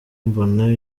mbona